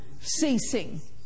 ceasing